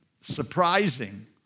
surprising